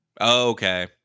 okay